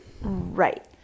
right